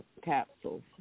capsules